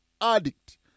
Addict